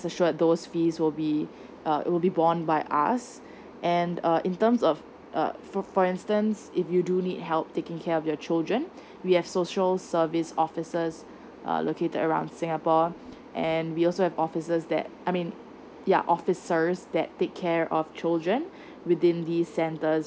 assured those fees will be uh it would be borne by us and uh in terms of uh for for instance if you do need help taking care of your children we have social service officers uh located around singapore and we also have officers that I mean ya officers that take care of children within the centres